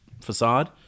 facade